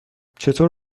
چطور